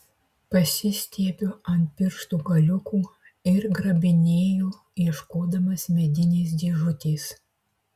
pasistiebiu ant pirštų galiukų ir grabinėju ieškodamas medinės dėžutės